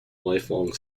lifelong